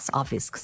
office